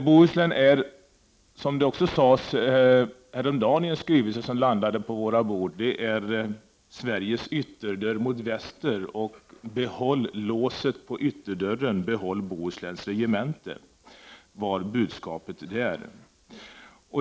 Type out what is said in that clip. Bohuslän är, vilket också sades häromdagen i en skrivelse vi fick, Sveriges ytterdörr mot väster. Det skrevs att vi skulle behålla låset på dörren, behålla Bohusläns regemente. Sådant var budskapet.